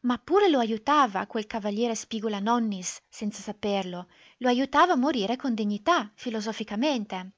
ma pure lo ajutava quel cav spigula-nonnis senza saperlo lo ajutava a morire con dignità filosoficamente